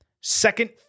second